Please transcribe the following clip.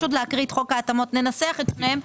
יש עוד להקריא את חוק ההתאמות ננסח את שניהם.